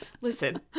Listen